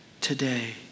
today